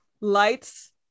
lights